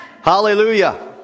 Hallelujah